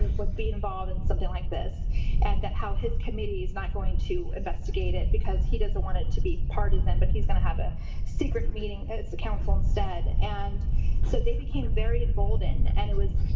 and was being involved in something like this and that how his committee's not going to investigate it because he doesn't want it to be partisan, but he's going to have a secret meeting at the council instead. and so they became very emboldened, and it was